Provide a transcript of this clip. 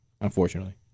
unfortunately